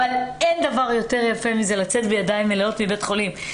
אבל אין דבר יותר יפה מלצאת בידיים מלאות מבית החולים.